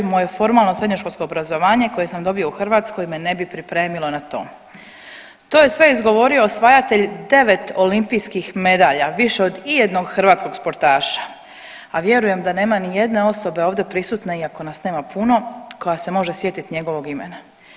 Moje formalno srednjoškolsko obrazovanje koje sam dobio u Hrvatskoj me ne bi pripremilo na to.“ To je sve izgovorio osvajatelj 9 olimpijskih medalja, više od i jednog hrvatskog sportaša, a vjerujem da nema ni jedne osobe ovdje prisutne iako nas nema puno koja se može sjetiti njegovog imena.